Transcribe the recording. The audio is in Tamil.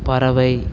பறவை